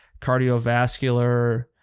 cardiovascular